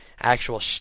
actual